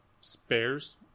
spares